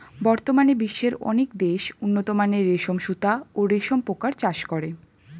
বর্তমানে বিশ্বের অনেক দেশ উন্নতমানের রেশম সুতা ও রেশম পোকার চাষ করে